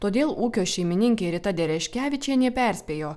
todėl ūkio šeimininkė rita dereškevičienė perspėjo